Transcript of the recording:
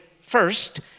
first